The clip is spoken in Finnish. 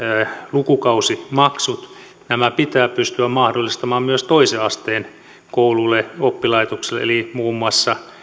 lukukausimaksut nämä pitää pystyä mahdollistamaan myös toisen asteen kouluille oppilaitoksille eli muun muassa